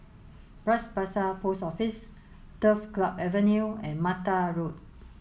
Bras Basah Post Office Turf Club Avenue and Mattar Road